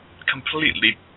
Completely